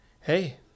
Hey